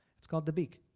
it's called dabiq.